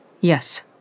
Yes